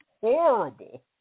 horrible